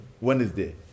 Wednesday